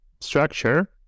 structure